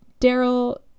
Daryl